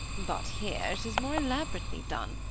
but here it is more elaborately done,